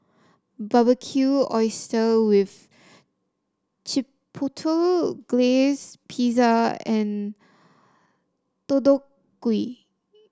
Barbecued Oysters with Chipotle Glaze Pizza and Deodeok Gui